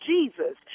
Jesus